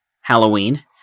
Halloween